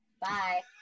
Bye